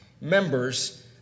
members